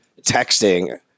texting